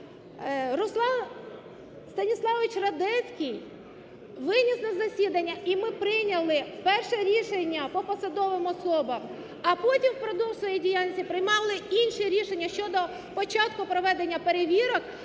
Руслан Станіславович Радецький виніс на засідання і ми прийняли перше рішення по посадовим особам, а потім впродовж своєї діяльності приймали інші рішення щодо початку проведення перевірок,